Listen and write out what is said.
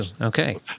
Okay